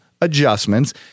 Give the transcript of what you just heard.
adjustments